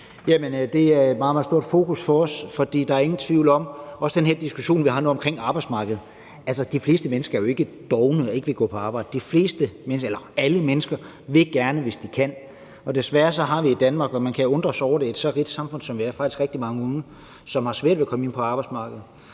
et meget, meget stort fokus for os. Der er ingen tvivl om, og det gælder også i den her diskussion, vi har nu, omkring arbejdsmarkedet, at de fleste mennesker jo ikke er dovne. De vil gå på arbejde. Alle mennesker vil gerne, hvis de kan. Og desværre har vi i Danmark – og man kan undre sig over det i et så rigt samfund, som vi er – faktisk rigtig mange unge, som har svært ved at komme ind på arbejdsmarkedet.